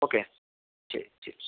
okay ശരി ശരി